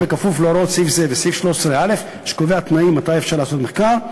בכפוף להוראות סעיף זה וסעיף 13א" שקובע תנאים מתי אפשר לעשות מחקר,